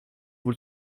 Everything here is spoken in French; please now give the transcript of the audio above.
vous